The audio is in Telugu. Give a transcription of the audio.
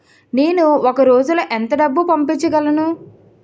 నేను ఒక రోజులో ఎంత డబ్బు పంపించగలను?